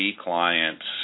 clients